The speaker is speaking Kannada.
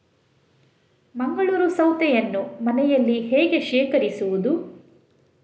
ಮಂಗಳೂರು ಸೌತೆಯನ್ನು ಮನೆಯಲ್ಲಿ ಹೇಗೆ ಶೇಖರಿಸುವುದು?